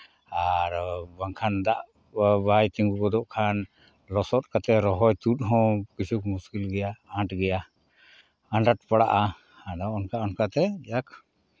ᱟᱨ ᱵᱟᱝᱠᱷᱟᱱ ᱫᱟᱜ ᱵᱟᱭ ᱛᱤᱸᱜᱩ ᱜᱚᱫᱚᱜ ᱠᱷᱟᱱ ᱞᱚᱥᱚᱫ ᱠᱟᱛᱮᱫ ᱨᱚᱦᱚᱭ ᱛᱩᱫ ᱦᱚᱸ ᱠᱤᱪᱷᱩ ᱢᱩᱥᱠᱤᱞ ᱜᱮᱭᱟ ᱟᱸᱴ ᱜᱮᱭᱟ ᱟᱸᱰᱟᱠ ᱯᱟᱲᱟᱜᱼᱟ ᱟᱫᱚ ᱚᱱᱠᱟ ᱚᱱᱠᱟᱛᱮ ᱡᱟᱠ